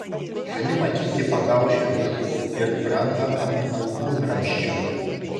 gali matyti pakaušio viršų ir ranką ant alkūnramsčio